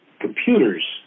computers